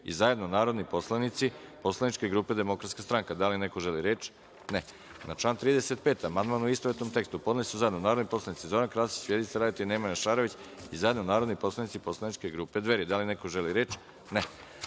i zajedno narodni poslanici Poslaničke grupe DS.Da li neko želi reč? (Ne)Na član 35. amandman, u istovetnom tekstu, podneli su zajedno narodni poslanici Zoran Krasić, Vjerica Radeta i Nemanja Šarović, i zajedno narodni poslanici Poslaničke grupe Dveri. Da li neko želi reč?